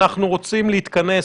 אנחנו רוצים להתכנס.